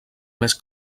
més